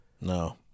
no